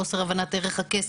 חוסר הבנת ערך הכסף.